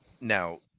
Now